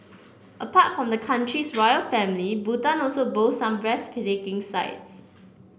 apart from the country's royal family Bhutan also boasts some breathtaking sights